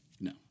No